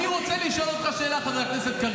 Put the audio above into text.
אתה זוכר מה איתמר בן גביר עשה לעמר בר לב בפיגוע באילת?